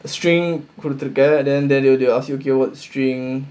string கொடுத்திருக்கேன்:koduthurukkaen then they will they will ask you what string